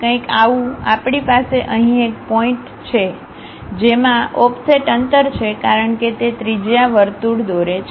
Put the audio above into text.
કંઈક આવું આપણી પાસે અહીં એક પોઇન્ટછે જેમાં ઓફસેટ અંતર છે કારણ કે ત્રિજ્યા વર્તુળ દોરે છે